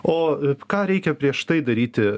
o ką reikia prieš tai daryti